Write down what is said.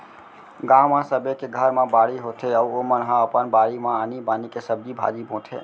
गाँव म सबे के घर म बाड़ी होथे अउ ओमन ह अपन बारी म आनी बानी के सब्जी भाजी बोथे